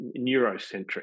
neurocentric